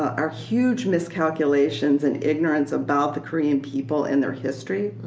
our huge miscalculations and ignorance about the korean people and their history.